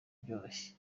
byoroshye